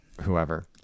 whoever